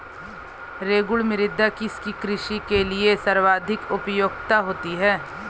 रेगुड़ मृदा किसकी कृषि के लिए सर्वाधिक उपयुक्त होती है?